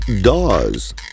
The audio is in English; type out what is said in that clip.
DAWs